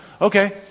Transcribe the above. Okay